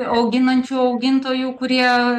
auginančių augintojų kurie